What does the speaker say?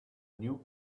new